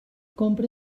compra